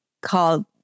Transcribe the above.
called